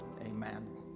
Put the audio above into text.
Amen